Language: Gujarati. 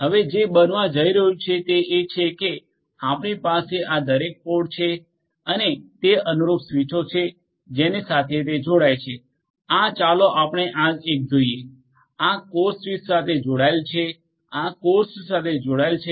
હવે જે બનવા જઈ રહ્યું છે તે એ છે કે આપણી પાસે આ દરેક પોડ છે અને તે અનુરૂપ સ્વીચો છે જેની સાથે તે જોડાય છે આ ચાલો આપણે આ એક જોઈએ આ કોર સ્વીચ સાથે જોડાયેલ છે આ કોર સ્વીચ સાથે જોડાયેલ છે